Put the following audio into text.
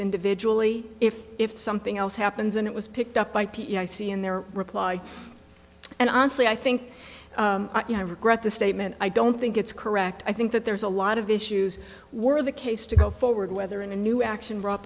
individually if if something else happens and it was picked up by i see in their reply and honestly i think i regret the statement i don't think it's correct i think that there's a lot of issues were the case to go forward whether in a new action brought